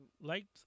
Liked